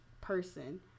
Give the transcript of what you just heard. person